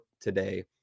today